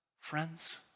friends